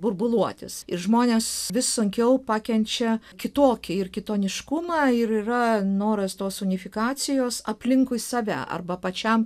burbuluotis ir žmonės vis sunkiau pakenčia kitokį ir kitoniškumą ir yra noras tos unifikacijos aplinkui save arba pačiam